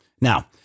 Now